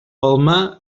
palmar